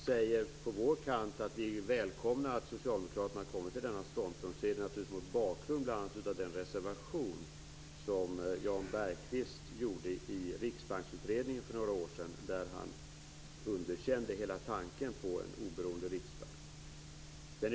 När vi på vår kant säger att vi välkomnar att Socialdemokraterna har kommit till denna ståndpunkt är det naturligtvis bl.a. mot bakgrund av den reservation som Jan Bergqvist gjorde i Riksbanksutredningen för några år sedan, där han underkände hela tanken på en oberoende riksbank.